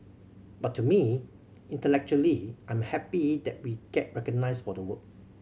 but to me intellectually I'm happy that we get recognised for the work